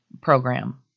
program